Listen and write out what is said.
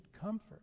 comfort